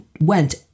went